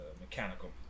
mechanical